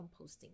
composting